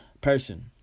person